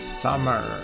summer